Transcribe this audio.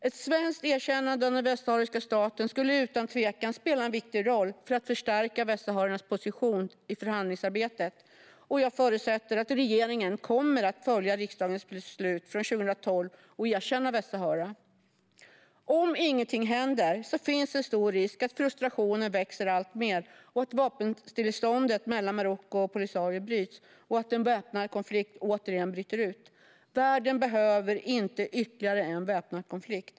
Ett svenskt erkännande av den västsahariska staten skulle utan tvekan spela en viktig roll för att förstärka västsahariernas position i förhandlingsarbetet. Jag förutsätter att regeringen kommer att följa riksdagens beslut från 2012 och erkänna Västsahara. Om ingenting händer finns det en stor risk att frustrationen växer alltmer, att vapenstilleståndet mellan Marocko och Polisario bryts och att en väpnad konflikt återigen bryter ut. Världen behöver inte ytterligare en väpnad konflikt.